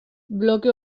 bloke